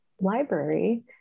library